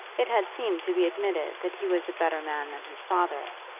it had seemed to be admitted that he was a better man than his father,